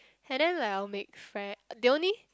and then like I will make fre~ they only